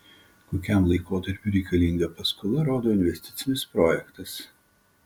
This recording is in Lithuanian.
kokiam laikotarpiui reikalinga paskola rodo investicinis projektas